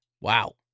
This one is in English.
Wow